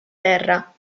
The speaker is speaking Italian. terra